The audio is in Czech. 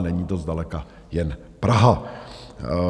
Není to zdaleka jen Praha.